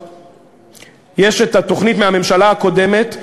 התוכנית מהממשלה הקודמת,